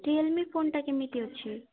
Realme ଫୋନ୍ଟା କେମିତି ଅଛି